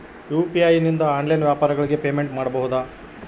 UPI ನಿಂದ online ವ್ಯಾಪಾರಗಳಿಗೆ payment ಮಾಡಬಹುದಾ?